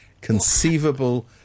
conceivable